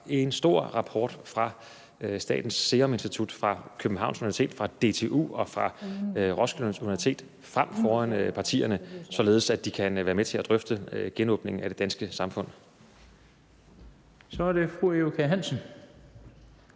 en stor rapport fra Statens Serum Institut, fra Københavns Universitet, fra DTU og fra Roskilde Universitet frem foran partierne, således at de kan være med til at drøfte genåbningen af det danske samfund. Kl. 14:07 Den fg. formand